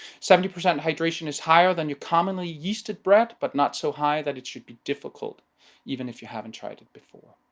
seventy percent hydration is higher than your commonly yeasted bread, but not so high that it should be difficult even if you haven't tried it before.